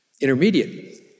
Intermediate